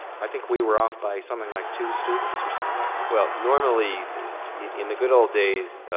i think we were off by something like two students or something like that. well, normally in the good old days,